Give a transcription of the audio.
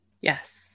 Yes